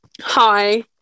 Hi